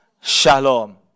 shalom